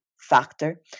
factor